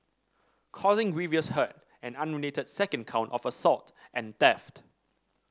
causing grievous hurt an unrelated second count of assault and theft